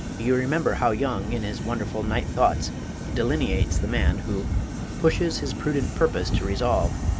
you remember how young in his wonderful night thoughts delineates the man who pushes his prudent purpose to resolve,